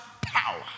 power